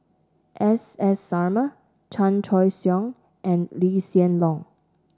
S S Sarma Chan Choy Siong and Lee Hsien Loong